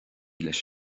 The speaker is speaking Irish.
leis